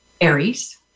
Aries